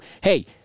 hey